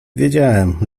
wiedziałem